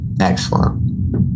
Excellent